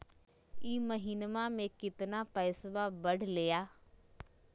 ई महीना मे कतना पैसवा बढ़लेया?